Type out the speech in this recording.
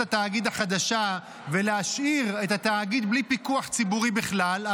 התאגיד החדשה ולהשאיר את התאגיד בלי פיקוח ציבורי בכלל,